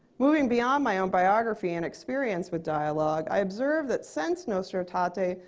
moving beyond my own biography and experience with dialogue, i observe that since nostra aetate,